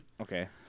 Okay